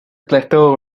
plateau